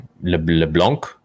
LeBlanc